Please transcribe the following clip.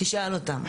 תשאל אותם.